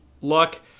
luck